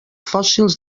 fòssils